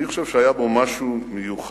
אני חושב שהיה בו משהו מיוחד